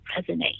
resonate